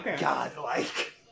godlike